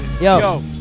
yo